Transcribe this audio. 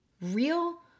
real